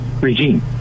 regime